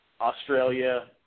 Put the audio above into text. Australia